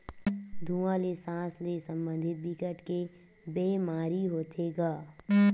धुवा ले सास ले संबंधित बिकट के बेमारी होथे गा